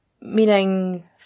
meaning